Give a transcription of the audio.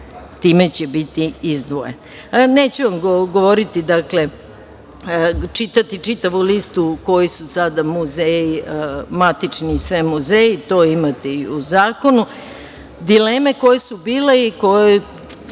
Time će biti izdvojen. Neću vam govoriti, čitati čitavu listu koji su sada muzeji, matični, sve muzeji. To imate i u zakonu. Dileme koje su bile i koje